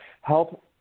help